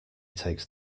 takes